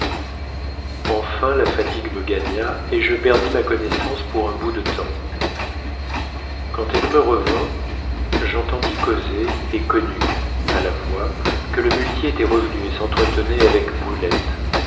enfin la fatigue me gagna et je perdis ma connaissance pour un bout de temps quand elle me revint j'entendis causer et connus à la voix que le muletier était revenu et s'entretenait avec brulette